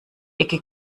ecke